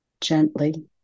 gently